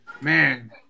Man